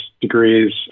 degrees